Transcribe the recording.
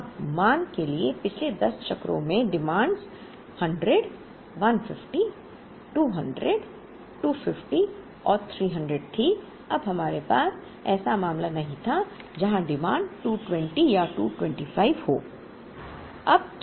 अब मान लें कि पिछले 10 चक्रों में मांगें 100 150 200 250 और 300 थीं अब हमारे पास ऐसा मामला नहीं था जहां मांग 220 या 225 हो